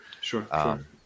sure